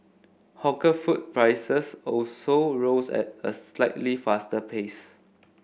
hawker food prices also rose at a slightly faster pace